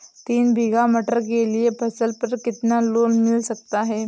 तीन बीघा मटर के लिए फसल पर कितना लोन मिल सकता है?